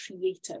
creative